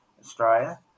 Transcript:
Australia